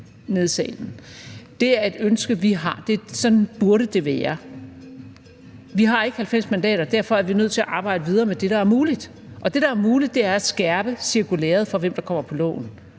Det er et ønske, vi har. Sådan burde det være. Vi har ikke 90 mandater, og derfor er vi nødt til at arbejde videre med det, der er muligt, og det, der er muligt, er at skærpe cirkulæret for, hvem der kommer med i loven.